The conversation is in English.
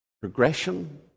progression